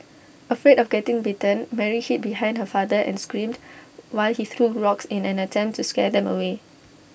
afraid of getting bitten Mary hid behind her father and screamed while he threw rocks in an attempt to scare them away